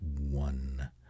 one